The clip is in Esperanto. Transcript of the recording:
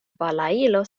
balailo